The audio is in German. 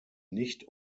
nicht